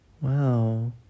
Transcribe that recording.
wow